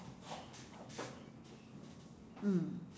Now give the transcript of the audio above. mm